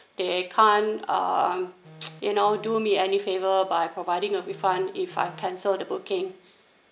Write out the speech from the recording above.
they can't uh you know do me any favour by providing a refund if I cancel the booking